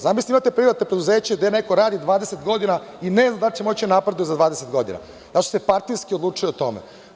Zamislite imate privatno preduzeće gde neko radi 20 godina i ne zna da li će moći da napreduje za 20 godina, još se partijski odlučuje o tome.